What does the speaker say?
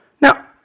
Now